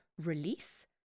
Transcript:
release